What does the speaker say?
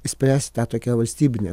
išspręsit tą tokią valstybinę